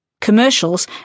Commercials